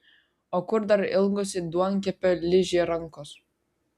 o kur dar ilgos it duonkepio ližė rankos